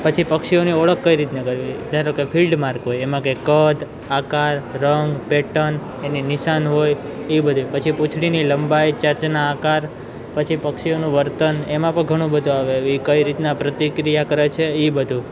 પછી પક્ષીઓની ઓળખ કઈ રીતના કરવી ધારો કે ફિલ્ડ માર્ક હોય એમાં કે કદ આકાર રંગ પેટન એને નિશાન હોય એ બધુંય પછી પુછડીની લંબાઈ ચાંચના આકાર પછી પક્ષીઓનું વર્તન એમાં પણ ઘણું બધું આવે હવે ઈ કઈ રીતના પ્રતિક્રિયા કરે છે ઇ બધું